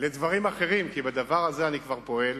לדברים אחרים, כי בדבר הזה אני כבר פועל.